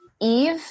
Eve